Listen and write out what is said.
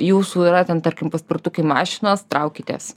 jūsų yra ten tarkim paspirtukai mašinos traukitės